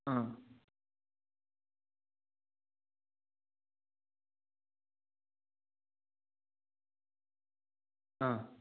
ಆಂ ಆಂ